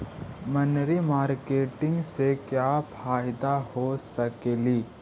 मनरी मारकेटिग से क्या फायदा हो सकेली?